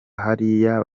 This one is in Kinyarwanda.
hariya